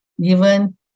given